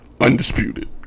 Undisputed